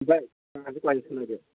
ꯚꯥꯏ ꯀꯥꯡꯁꯤ ꯀꯃꯥꯏꯅ ꯁꯥꯟꯅꯒꯦ